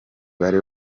bari